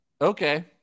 Okay